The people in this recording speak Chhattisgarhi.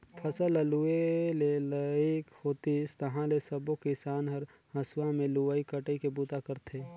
फसल ल लूए के लइक होतिस ताहाँले सबो किसान हर हंसुआ में लुवई कटई के बूता करथे